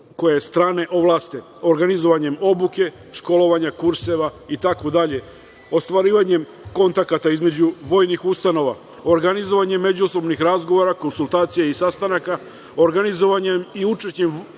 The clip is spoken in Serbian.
koje strane ovlaste, organizovanjem obuke, školovanjem, kurseva i tako dalje. Ostvarivanjem kontakta između vojnih ustanova, organizovanjem međusobnih razgovora, konsultacija i sastanaka, organizovanjem i učešćem